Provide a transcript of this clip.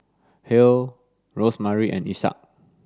Hale Rosemarie and Isaak